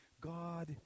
God